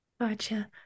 Gotcha